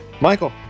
Michael